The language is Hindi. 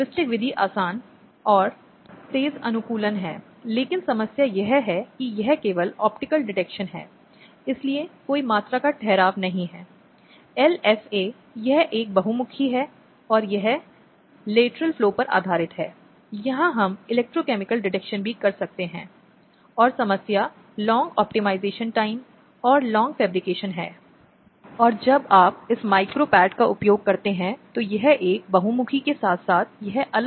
हालाँकि यदि आप समाज में होने वाले कई उदाहरणों को देखते हैं तो इन स्थितियों में अधिकांश लड़कियां और महिलाएं हैं जो इस तरह के एसिड फेंकने का शिकार हो जाते हैं और इसलिए कहीं न कहीं इसे लिंग हिंसा का एक रूप माना जा सकता है और इसलिए इसे ऐसे कामों की सूची में डाल दिया गया है